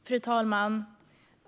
Fru talman!